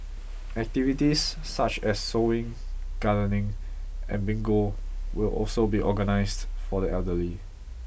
activities such as sewing gardening and bingo will also be organised for the elderly